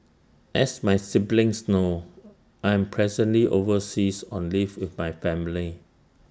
as my siblings know I am presently overseas on leave with my family